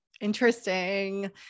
Interesting